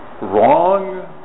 wrong